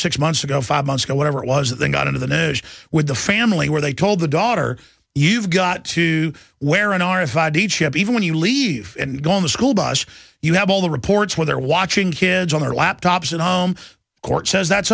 six months ago five months ago whatever it was they got into the news with the family where they told the daughter you've got to wear an r f i d chip even when you leave and go on the school bus you have all the reports where they're watching kids on their laptops at home court says that's